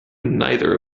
neither